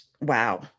Wow